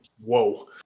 whoa